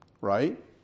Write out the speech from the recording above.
right